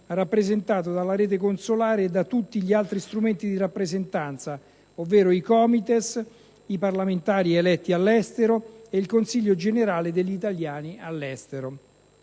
rappresentato dalla rete consolare, da tutti gli altri strumenti di rappresentanza: ovvero i Comites, i parlamentari eletti all'estero e il Consiglio generale degli italiani all'estero.